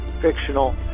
fictional